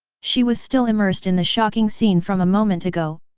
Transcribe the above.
she was still immersed in the shocking scene from a moment ago,